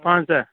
پنٛژاہ